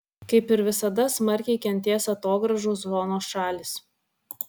kaip ir visada smarkiai kentės atogrąžų zonos šalys